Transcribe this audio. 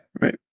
right